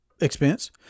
expense